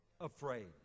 Afraid